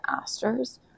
asters